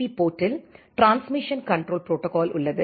B போர்ட்டில் transmission control protocol உள்ளது